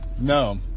No